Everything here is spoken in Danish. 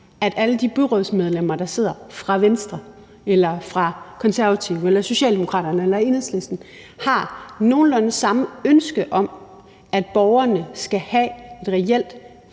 at alle de byrådsmedlemmer, der sidder fra Venstre, Konservative, Socialdemokratiet eller Enhedslisten, har nogenlunde samme ønske om, at borgerne skal have et reelt